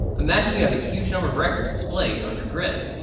imagine you have a huge number of records displayed on your grid.